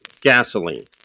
gasoline